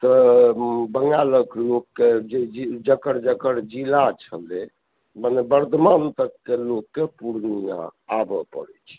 तऽ बंगालके लोककेेँ जकर जकर जिला छलै मने बर्धमान तकके लोककेँ पूर्णिया आबए पड़ै छै